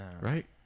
Right